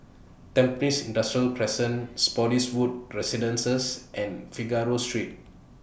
Tampines Industrial Crescent Spottiswoode Residences and Figaro Street